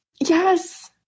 Yes